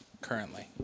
currently